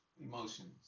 emotions